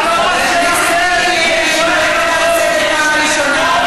לוי, אני קוראת אותך לסדר בפעם הראשונה.